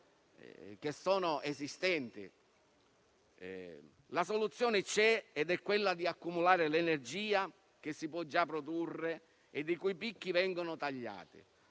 eolici esistenti. La soluzione c'è ed è quella di accumulare l'energia che si può già produrre e i cui picchi vengono tagliati.